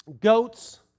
goats